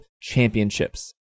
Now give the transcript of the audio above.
Championships